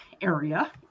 area